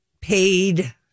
paid